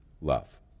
love